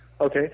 Okay